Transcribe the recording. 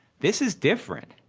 this is different.